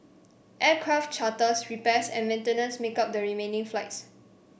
aircraft charters repairs and maintenance make up the remaining flights